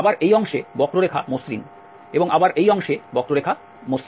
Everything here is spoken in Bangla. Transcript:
আবার এই অংশে বক্ররেখা মসৃণ এবং আবার এই অংশে বক্ররেখা মসৃণ